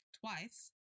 Twice